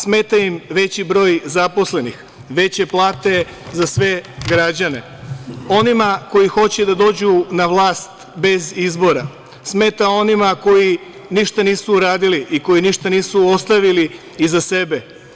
Smeta im veći broj zaposlenih, veće plate za sve građane, onima koji hoće da dođu na vlast bez izbora, smeta onima koji ništa nisu uradili i koji ništa nisu ostavili iza sebe.